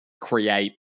create